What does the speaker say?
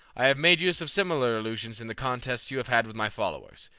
i have made use of similar illusions in the contests you have had with my followers.